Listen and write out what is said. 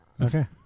okay